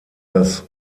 das